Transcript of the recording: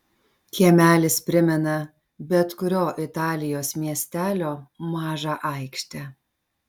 kiemelis primena bet kurio italijos miestelio mažą aikštę